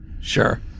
Sure